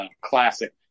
classic